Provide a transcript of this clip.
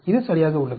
இது சரியாக உள்ளது